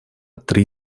три